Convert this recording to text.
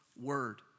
word